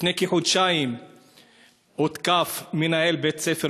לפני כחודשיים הותקף מנהל בית-ספר,